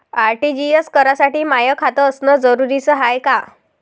RTGS करासाठी माय खात असनं जरुरीच हाय का?